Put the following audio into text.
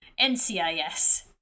NCIS